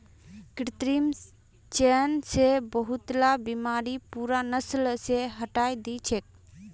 कृत्रिम चयन स बहुतला बीमारि पूरा नस्ल स हटई दी छेक